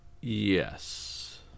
yes